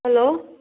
hello